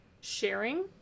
sharing